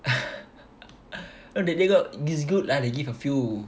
it's good lah they give a few